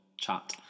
chat